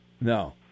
No